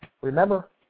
remember